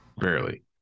Barely